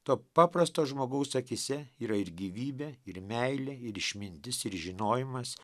to paprasto žmogaus akyse yra ir gyvybė ir meilė ir išmintis ir žinojimas